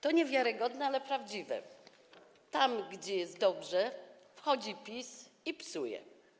To niewiarygodne, ale prawdziwe, tam gdzie jest dobrze, wchodzi PiS i psuje.